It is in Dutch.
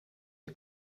een